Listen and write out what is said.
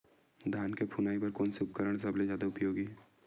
धान के फुनाई बर कोन से उपकरण सबले जादा उपयोगी हे?